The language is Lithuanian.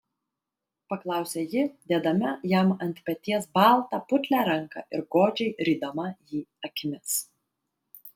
paklausė ji dėdama jam ant peties baltą putlią ranką ir godžiai rydama jį akimis